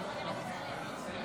בוועדת אתיקה), התשפ"ד 2024,